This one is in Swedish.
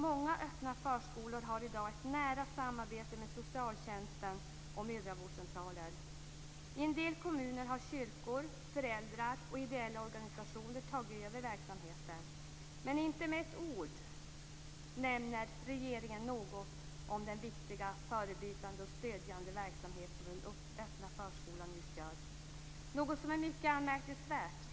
Många öppna förskolor har i dag ett nära samarbete med socialtjänsten och mödravårdscentraler. I en del kommuner har kyrkor, föräldrar och ideella organisationer tagit över verksamheten. Men inte med ett ord nämner regeringen något om den viktiga förebyggande och stödjande verksamhet som den öppna förskolan utgör. Något som är mycket anmärkningsvärt.